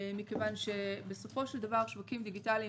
מכיוון שבסופו של דבר שווקים דיגיטליים